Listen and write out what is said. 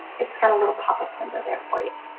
it's got a little pop-up window there for you.